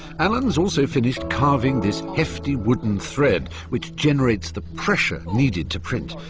alan's also finished carving this hefty wooden thread, which generates the pressure needed to print.